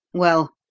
well,